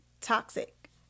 toxic